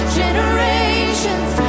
generations